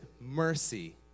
mercy